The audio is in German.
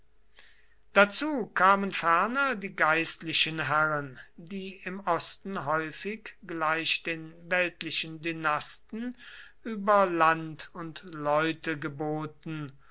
dazu kamen ferner die geistlichen herren die im osten häufig gleich den weltlichen dynasten über land und leute geboten